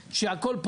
זה לא המצב.